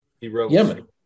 Yemen